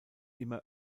immer